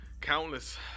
Countless